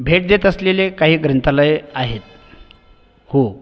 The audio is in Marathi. भेट देत असलेले काही ग्रंथालय आहेत हो